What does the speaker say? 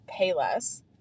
payless